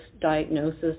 Diagnosis